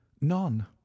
none